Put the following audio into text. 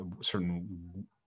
certain